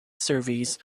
surveys